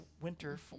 winter